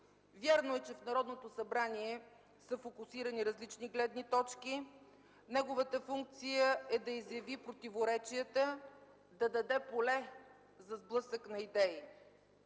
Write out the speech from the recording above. Вярно е, че в Народното събрание са фокусирани различни гледни точки. Неговата функция е да изяви противоречията, да даде поле за сблъсък на идеи.